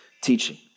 teaching